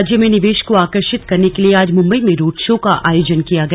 राज्य में निवेश को आकर्षित करने के लिए आज मुंबई में रोड़ शो का आयोजन किया गया